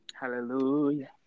Hallelujah